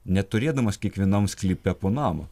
neturėdamas kiekvienam sklype po namą